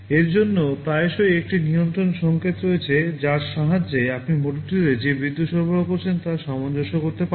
এর জন্য প্রায়শই একটি নিয়ন্ত্রণ সংকেত রয়েছে যার সাহায্যে আপনি মোটরটিতে যে বিদ্যুৎ সরবরাহ করছেন তা সামঞ্জস্য করতে পারেন